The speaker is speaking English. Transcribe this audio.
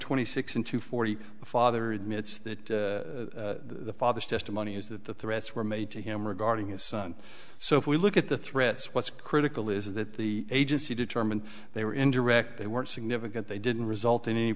twenty six in two forty the father admits that the father's testimony is that the threats were made to him regarding his son so if we look at the threats what's critical is that the agency determined they were indirect they weren't significant they didn't result in any